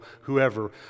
whoever